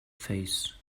face